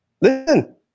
Listen